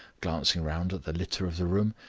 glancing round at the litter of the room,